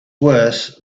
worse